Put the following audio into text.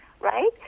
right